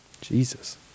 Jesus